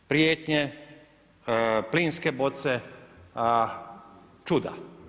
Prijetnje, plinske boce, čuda.